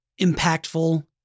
impactful